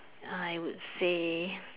I would say